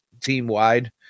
team-wide